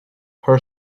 her